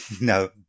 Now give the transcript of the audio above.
No